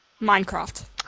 Minecraft